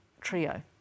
trio